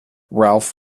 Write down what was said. ralph